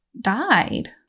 died